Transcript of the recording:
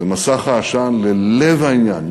ומסך העשן ללב העניין,